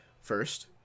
first